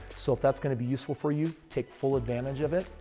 so, if that's going to be useful for you, take full advantage of it.